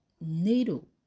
needle